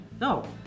No